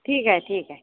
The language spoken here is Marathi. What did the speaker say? ठीक आहे ठीक आहे